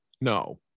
No